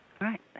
right